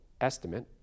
estimate